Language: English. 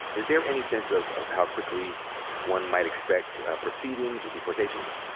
is there any sense of of how quickly one might expect proceedings or deportations?